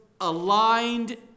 aligned